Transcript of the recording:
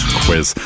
quiz